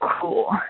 cool